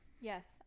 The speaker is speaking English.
yes